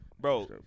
Bro